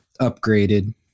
upgraded